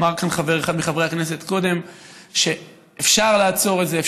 אמר כאן חבר אחד מחברי הכנסת קודם שאפשר לעצור את זה,